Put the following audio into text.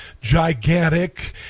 gigantic